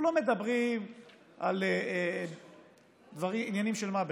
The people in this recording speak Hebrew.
אנחנו לא מדברים על עניינים של מה בכך.